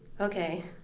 Okay